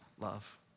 love